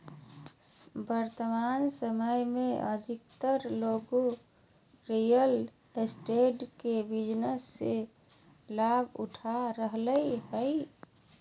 वर्तमान समय में अधिकतर लोग रियल एस्टेट के बिजनेस से लाभ उठा रहलय हइ